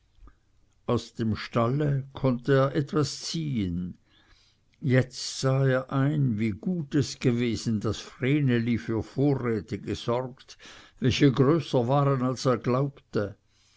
aus dem stalle konnte er etwas ziehen jetzt sah er ein wie gut es gewesen daß vreneli für vorräte gesorgt welche größer waren als er glaubte